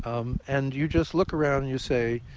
um and you just look around and you say,